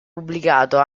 pubblicato